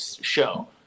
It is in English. show